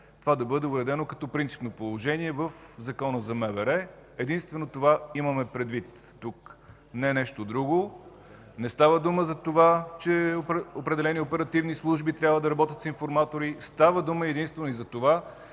това да бъде обявено като принципно положение в Закона за МВР. Единствено това имаме предвид тук, не нещо друго. Не става дума за това, че определени оперативни служби трябва да работят с информатори, става дума единствено за това,